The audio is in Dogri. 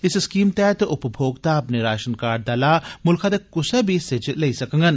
इस स्कीम तैहत उपभोक्ता अपने राषन कार्ड दा लाह् मुल्खै दे कुसै बी हिस्से च लेई सकदा ऐ